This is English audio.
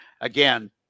again